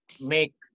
make